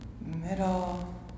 Middle